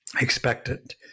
expectant